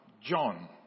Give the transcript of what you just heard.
John